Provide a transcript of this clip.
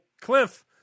cliff